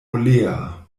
olea